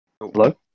Hello